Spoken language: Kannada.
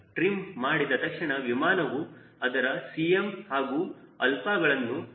ಟ್ರಿಮ್ ಮಾಡಿದ ತಕ್ಷಣ ವಿಮಾನವು ಅದರ Cm ಹಾಗೂ ಅಲ್ಪಗಳನ್ನು ನೆನಪಿಸಿಕೊಳ್ಳುತ್ತದೆ